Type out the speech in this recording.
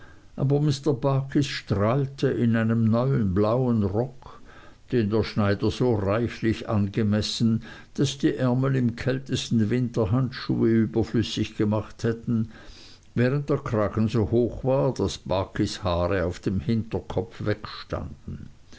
strahlte in einem neuen blauen rock den der schneider so reichlich angemessen daß die ärmel im kältesten wetter handschuhe überflüssig gemacht hätten während der kragen so hoch war daß barkis haare auf dem hinterkopf wegstanden